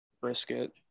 Brisket